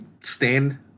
stand